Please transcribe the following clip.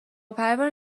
پروانه